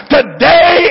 Today